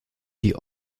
die